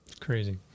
Crazy